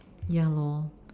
ya lor